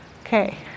okay